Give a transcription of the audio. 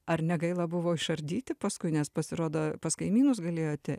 ar negaila buvo išardyti paskui nes pasirodo pas kaimynus galėjote